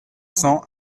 cents